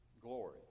glory